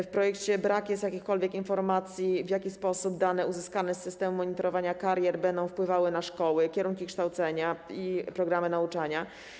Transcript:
W projekcie brak jest jakichkolwiek informacji, w jaki sposób dane uzyskane z systemu monitorowania karier będą wpływały na szkoły, kierunki kształcenia i programy nauczania.